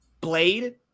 Blade